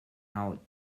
how